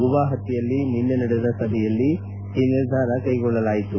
ಗುವಾಹತಿಯಲ್ಲಿ ನಿನ್ನೆ ನಡೆದ ಸಭೆಯಲ್ಲಿ ಈ ನಿರ್ಧಾರ ಕ್ಷೆಗೊಳ್ಳಲಾಯಿತು